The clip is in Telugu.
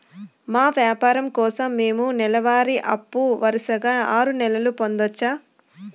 మా వ్యాపారం కోసం మేము నెల వారి అప్పు వరుసగా ఆరు నెలలు పొందొచ్చా?